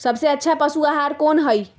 सबसे अच्छा पशु आहार कोन हई?